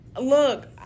look